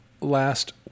last